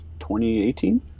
2018